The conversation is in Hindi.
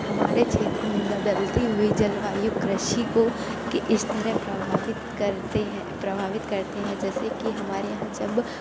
हमारे क्षेत्र में बदलती हुई जलवायु कृषि को किस तरह प्रभावित करती है प्रभावित करते हैं जैसे कि हमारे यहाँ जब